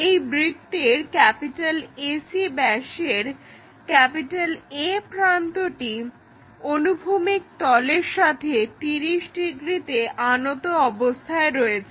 এই বৃত্তের AC ব্যাসের A প্রান্তটি অনুভূমিক তলের সাথে 30 ডিগ্রীতে আনত অবস্থায় রয়েছে